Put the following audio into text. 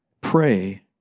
Pray